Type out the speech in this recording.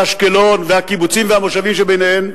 אשקלון והקיבוצים והמושבים שביניהן,